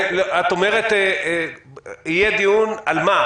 אומרת יהיה דיון על מה?